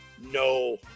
no